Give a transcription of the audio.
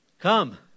Come